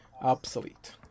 obsolete